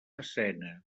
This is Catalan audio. escena